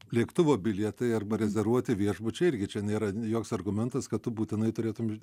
lėktuvo bilietai arba rezervuoti viešbučiai irgi čia nėra joks argumentas kad tu būtinai turėtum